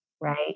right